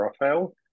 Raphael